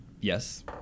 Yes